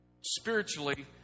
spiritually